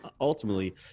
ultimately